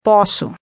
Posso